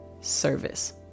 service